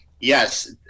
yes